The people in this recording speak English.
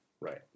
Right